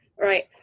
right